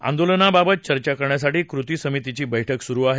आंदोलनाबाबत चर्चा करण्यासाठी कृती समितीची बैठक सुरु आहे